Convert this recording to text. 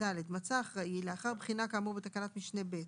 מצא האחראי לאחר בחינה כאמור בתקנת משנה (ב),